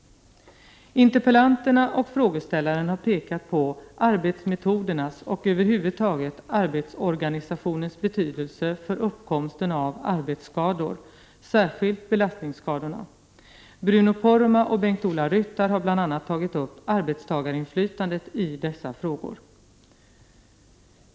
Interpellanterna och frågeställaren har pekat på arbetsmetodernas och över huvud taget arbetsorganisationens betydelse för uppkomsten av arbetsskador, särskilt belastningsskador. Bruno Poromaa och Bengt-Ola Ryttar har bl.a. tagit upp arbetstagarinflytandet i dessa frågor.